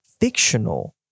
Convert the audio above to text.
fictional